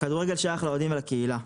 הכדורגל שייך לאוהדים ולקהילה.